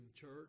church